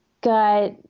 got